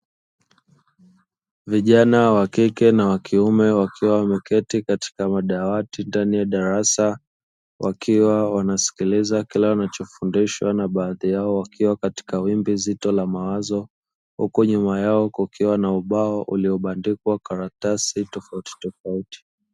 Vijana wa kike na wa kiume wakiwa wameketi katika madawati ndani ya darasa wakiwa wanasikiliza kila wanachofundishwa na baadhi yao wakiwa katika wimbi zito la mawazo, huku nyuma yao kukiwa na ubao uliobadikwa karatasi tofautitofauti.